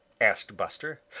asked buster.